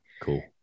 Cool